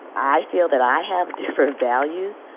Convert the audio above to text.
i feel that i have different values,